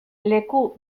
leku